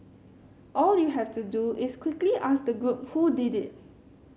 all you have to do is quickly ask the group who did it